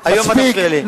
אל תפריע לי.